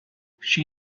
she